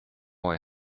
boy